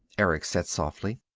erick said softly.